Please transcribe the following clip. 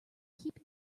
keep